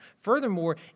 Furthermore